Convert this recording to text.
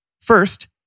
First